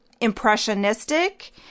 impressionistic